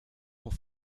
pour